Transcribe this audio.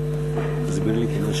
אני מבקש לברך אותך